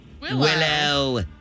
Willow